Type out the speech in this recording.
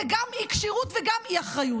אלו גם אי-כשירות וגם אי-אחריות.